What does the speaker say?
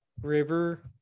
river